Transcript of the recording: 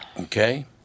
Okay